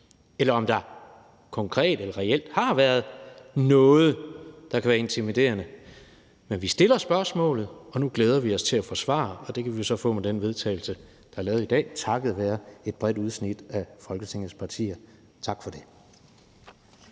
eller om der konkret eller reelt har været noget, der kan være intimiderende, men vi stiller spørgsmålet, og nu glæder vi os til at få svar, og det kan vi jo så få med den vedtagelsestekst, der er lavet i dag, takket være et bredt udsnit af Folketingets partier. Tak for det.